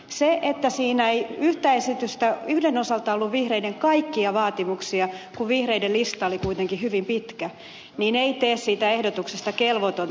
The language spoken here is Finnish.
se että siinä ei yhden osalta ollut vihreiden kaikkia vaatimuksia kun vihreiden lista oli kuitenkin hyvin pitkä ei tee siitä ehdotuksesta kelvotonta